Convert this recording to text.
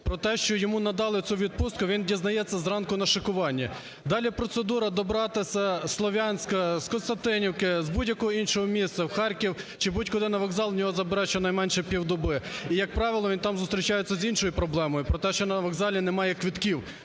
про те, що йому надали цю відпустку, він дізнається зранку на шикуванні. Далі процедура – добратися зі Слов'янська, з Костянтинівки, з будь-якого іншого міста в Харків чи будь-куди на вокзал, в нього забирає щонайменше півдоби. І, як правило, він там зустрічається з іншою проблемою – про те, що на вокзалі немає квитків,